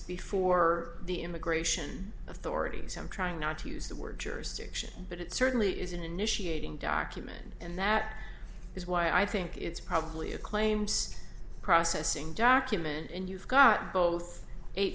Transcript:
before the immigration authorities i'm trying not to use the word jurisdiction but it certainly isn't initiating document and that is why i think it's probably a claims processing document and you've got both eight